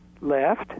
left